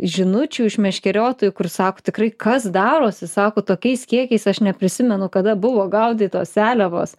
žinučių iš meškeriotojų kur sako tikrai kas darosi sako tokiais kiekiais aš neprisimenu kada buvo gaudytos seliavos